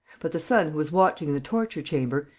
but the son who was watching in the torture-chamber,